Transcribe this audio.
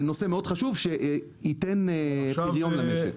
זה נושא חשוב שייתן פריון למשק.